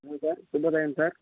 hello sir శుభోదయం sir